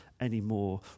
anymore